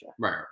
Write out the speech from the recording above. Right